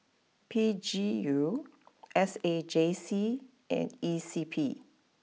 P G U S A J C and E C P